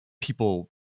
people